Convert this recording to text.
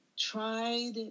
tried